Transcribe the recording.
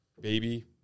baby –